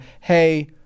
hey